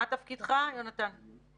מה תפקידך, יונתן?